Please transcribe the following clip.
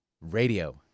Radio